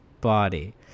body